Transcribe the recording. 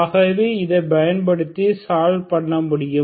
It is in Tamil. ஆகவே இதைப் பயன்படுத்தி சால்வ் பண்ண முடியும்